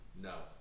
No